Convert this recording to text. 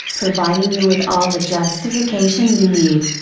providing you with all the justification you need.